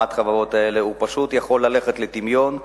את החברות האלה פשוט יכול לרדת לטמיון.